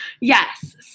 Yes